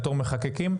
בתור מחוקקים.